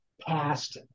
past